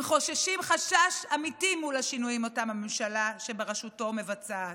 הם חוששים חשש אמיתי אל מול השינויים שאותם הממשלה בראשותו מבצעת,